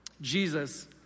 Jesus